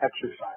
exercise